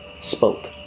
spoke